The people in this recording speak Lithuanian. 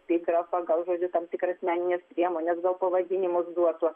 tikrą pagal žodžiu tam tikras menines priemones gal pavadinimus duotų